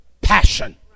passion